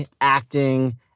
acting